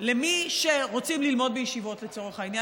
על מי שרוצים ללמוד בישיבות, לצורך העניין.